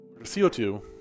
CO2